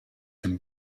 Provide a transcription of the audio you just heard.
dem